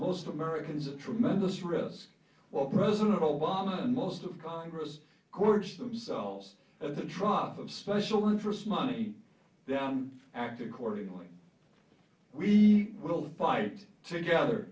most americans at tremendous risk while president obama and most of congress courts themselves at the drop of special interest money down act accordingly we will fight together